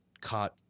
caught